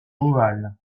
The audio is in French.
ovale